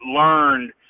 learned